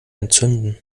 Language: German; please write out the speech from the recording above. entzünden